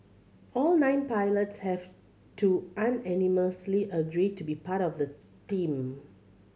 all nine pilots have to unanimously agree to be part of the team